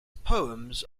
poems